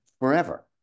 forever